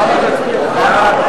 סעיפים 1 2